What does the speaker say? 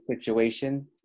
situation